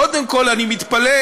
קודם כול אני מתפלא,